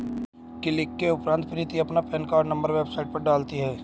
click के उपरांत प्रीति अपना पेन कार्ड नंबर वेबसाइट पर डालती है